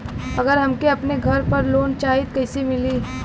अगर हमके अपने घर पर लोंन चाहीत कईसे मिली?